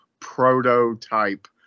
Prototype